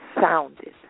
sounded